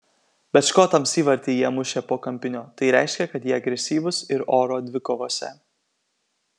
bet škotams įvartį jie mušė po kampinio tai reiškia kad jie agresyvūs ir oro dvikovose